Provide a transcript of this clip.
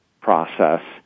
process